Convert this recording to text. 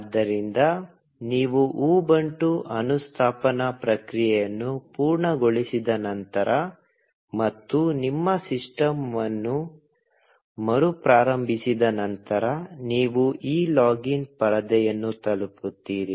ಆದ್ದರಿಂದ ನೀವು ಉಬುಂಟು ಅನುಸ್ಥಾಪನಾ ಪ್ರಕ್ರಿಯೆಯನ್ನು ಪೂರ್ಣಗೊಳಿಸಿದ ನಂತರ ಮತ್ತು ನಿಮ್ಮ ಸಿಸ್ಟಮ್ ಅನ್ನು ಮರುಪ್ರಾರಂಭಿಸಿದ ನಂತರ ನೀವು ಈ ಲಾಗಿನ್ ಪರದೆಯನ್ನು ತಲುಪುತ್ತೀರಿ